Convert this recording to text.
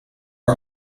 are